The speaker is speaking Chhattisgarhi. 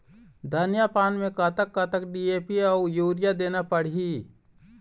धनिया पान मे कतक कतक डी.ए.पी अऊ यूरिया देना पड़ही?